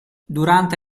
durante